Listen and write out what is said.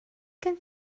gen